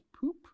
poop